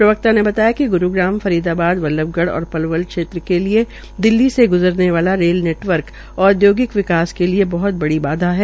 प्रवक्ता ने बताया कि ग्रुग्राम फरीदाबाद बल्लबगढ़ और पलवल क्षेत्र के लिए दिल्ली से ग्जरने वाला रेल नेटवर्क औदयोगिक विकास के लिए एक बहत बड़ी बाधा है